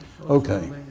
Okay